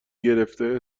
گرفته